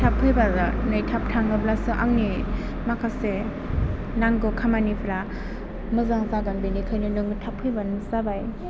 थाब फैबाबो नै थाब थाङोब्लासो आंनि माखासे नांगौ खामानिफोरा मोजां जागोन बेनिखायनो नोङो थाब फैबानो जाबाय